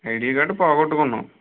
ID card పోగొట్టుకున్నావు